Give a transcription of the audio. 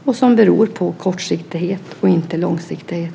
Det beror på kortsiktighet och inte långsiktighet.